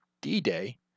D-Day